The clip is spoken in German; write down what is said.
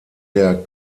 der